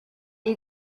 you